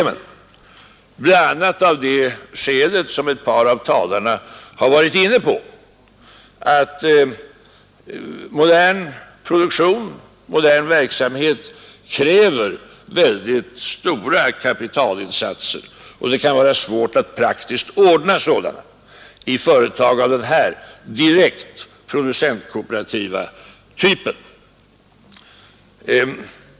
Detta bl.a. av det skälet, som en av talarna har varit inne på, att modern produktionsverksamhet kräver mycket stora kapitalinsatser. Det kan vara svårt att praktiskt ordna sådana i företag av denna direkt producentkooperativa typ.